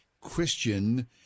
Christian